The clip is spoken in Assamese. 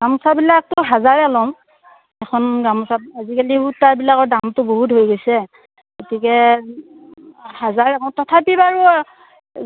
গামোচাবিলাকতো হাজাৰে ল'ম এখন গামোচাত আজিকালি সূতা বিলাকৰ দামটো বহুত হৈ গৈছে গতিকে হাজাৰ তথাপি বাৰু